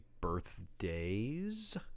birthdays